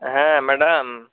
হ্যাঁ ম্যাডাম